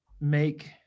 make